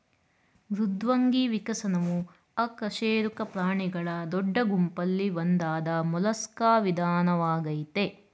ಮೃದ್ವಂಗಿ ವಿಕಸನವು ಅಕಶೇರುಕ ಪ್ರಾಣಿಗಳ ದೊಡ್ಡ ಗುಂಪಲ್ಲಿ ಒಂದಾದ ಮೊಲಸ್ಕಾ ವಿಧಾನವಾಗಯ್ತೆ